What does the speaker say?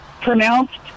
pronounced